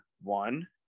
one